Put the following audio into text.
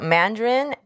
Mandarin